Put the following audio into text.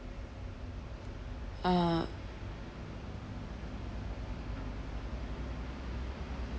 ah